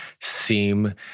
seem